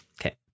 okay